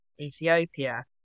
Ethiopia